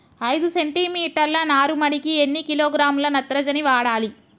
ఐదు సెంటిమీటర్ల నారుమడికి ఎన్ని కిలోగ్రాముల నత్రజని వాడాలి?